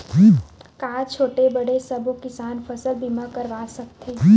का छोटे बड़े सबो किसान फसल बीमा करवा सकथे?